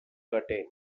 curtain